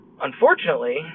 Unfortunately